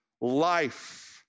life